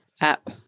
app